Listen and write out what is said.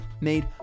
made